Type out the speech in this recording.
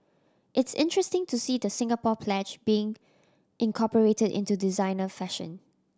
it's interesting to see the Singapore Pledge being incorporated into designer fashion